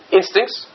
instincts